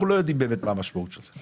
אנחנו לא יודעים מה המשמעות האמיתית של זה.